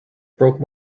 broke